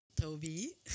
Toby